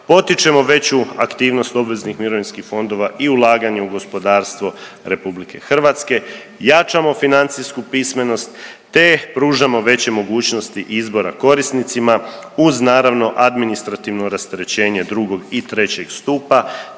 potičemo veću aktivnost obveznih mirovinskih fondova i ulaganje u gospodarstvo RH, jačamo financijsku pismenost te pružamo veće mogućnosti izbora korisnicima uz naravno administrativno rasterećenje II. i III. stupa